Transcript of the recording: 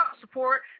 support